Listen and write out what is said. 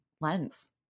lens